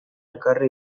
ekarri